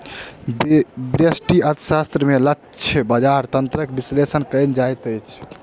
व्यष्टि अर्थशास्त्र में लक्ष्य बजार तंत्रक विश्लेषण कयल जाइत अछि